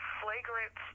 flagrant